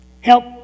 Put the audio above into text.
Help